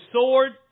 sword